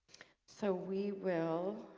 so we will